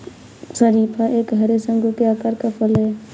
शरीफा एक हरे, शंकु के आकार का फल है